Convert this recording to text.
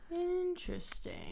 interesting